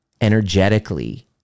energetically